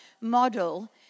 model